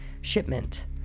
shipment